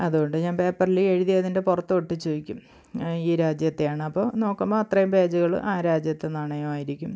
അത് കൊണ്ട് ഞാന് പേപ്പറിൽ എഴുതി അതിന്റെ പുറത്ത് ഒട്ടിച്ചു വയ്ക്കും ഈ രാജ്യത്തെയാണ് അപ്പോൾ നോക്കുമ്പോൾ അത്രയും പേജുകൾ ആ രാജ്യത്തെ നാണയമായിരിക്കും